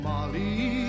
Molly